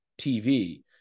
TV